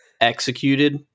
executed